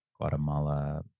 Guatemala